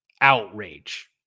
outrage